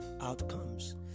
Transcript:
outcomes